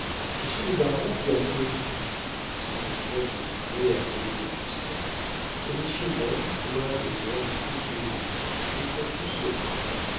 monsieur le baron gâterait tout dit ce grand homme en livrée appelé au conseil que monsieur mange boive et dorme tranquillement je prends tout sur moi